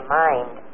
mind